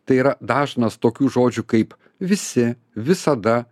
tai yra dažnas tokių žodžių kaip visi visada